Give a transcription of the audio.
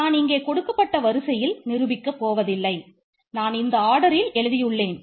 நான் இங்கே கொடுக்கப்பட்ட வரிசையில் நிரூபிக்கப் போவதில்லை நான் இந்த ஆர்டரில் எழுதியுள்ளேன்